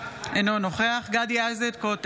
אינו נוכח גדי איזנקוט,